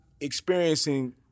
experiencing